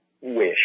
wish